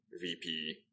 VP